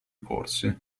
corsi